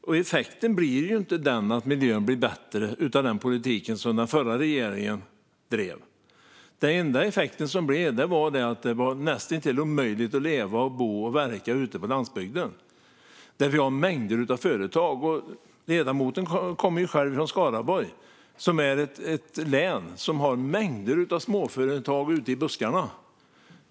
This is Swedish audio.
Och effekten blir inte att miljön blir bättre av den politik som den förra regeringen förde. Den enda effekten blev att det är näst intill omöjligt att leva, bo och verka ute på landsbygden, där vi har mängder av företag. Ledamoten kommer själv från Skaraborg, som är ett län som har mängder av småföretag ute i buskarna.